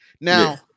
Now